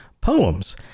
poems